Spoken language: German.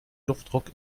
luftdruck